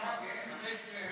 שלוש דקות?